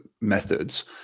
methods